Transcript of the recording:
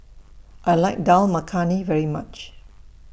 I like Dal Makhani very much